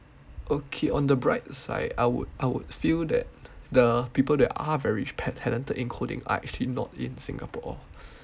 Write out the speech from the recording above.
okay on the bright side I would I would feel that the people that are very tale~ talented in coding are actually not in Singapore